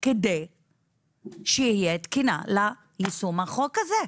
כדי שיהיה תקינה ליישום החוק הזה.